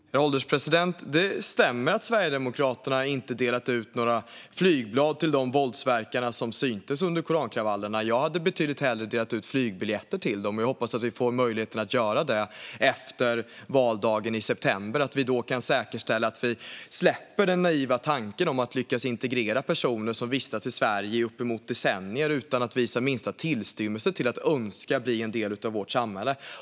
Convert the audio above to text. Herr ålderspresident! Det stämmer att Sverigedemokraterna inte har delat ut några flygblad till de våldsverkare som syntes under korankravallerna. Jag hade mycket hellre delat ut flygbiljetter till dem, och jag hoppas att vi får möjlighet att göra det efter valdagen i september och att vi då kan släppa den naiva tanken om att lyckas integrera personer som vistats i Sverige i uppemot decennier utan att visa minsta tillstymmelse till att önska att bli en del av vårt samhälle.